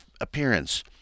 appearance